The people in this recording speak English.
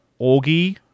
Augie